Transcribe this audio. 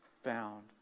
found